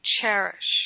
cherish